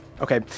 Okay